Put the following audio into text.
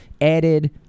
added